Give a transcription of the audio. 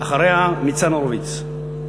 אחריה, ניצן הורוביץ.